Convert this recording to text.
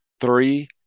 Three